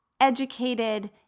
educated